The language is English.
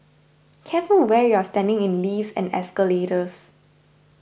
careful where you're standing in lifts and escalators